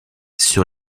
sur